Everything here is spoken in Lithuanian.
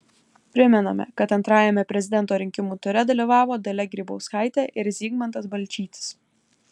primename kad antrajame prezidento rinkimų ture dalyvavo dalia grybauskaitė ir zygmantas balčytis